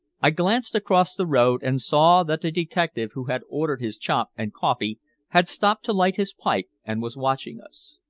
i glanced across the road, and saw that the detective who had ordered his chop and coffee had stopped to light his pipe and was watching us.